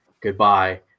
goodbye